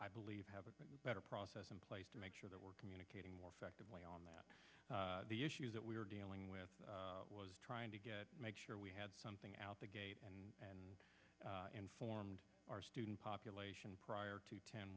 i believe have a better process in place to make sure that we're communicating more effectively on that the issues that we're dealing with was trying to make sure we had something out the gate and informed our student population prior to ten